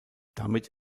damit